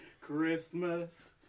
Christmas